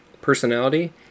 Personality